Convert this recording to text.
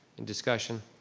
and discussion,